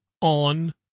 on